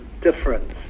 difference